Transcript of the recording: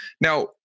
Now